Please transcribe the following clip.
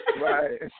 Right